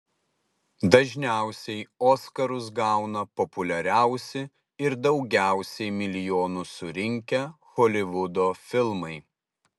dažniausiai oskarus gauna populiariausi ir daugiausiai milijonų surinkę holivudo filmai